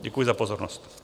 Děkuji za pozornost.